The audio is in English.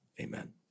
Amen